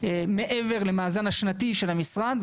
מעבר למאזן השנתי של המשרד.